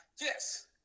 yes